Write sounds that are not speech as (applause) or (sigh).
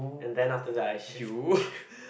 and then after that I shift (laughs)